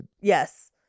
Yes